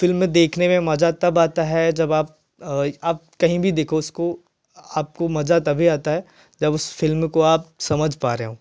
फ़िल्में देखने में मज़ा तब आता है जब आप आप कहीं भी देखो इसको आपको मज़ा तभी आता है जब उस फ़िल्म को आप समझ पा रहे हो